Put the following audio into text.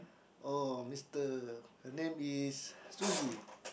oh mister her name is Suzy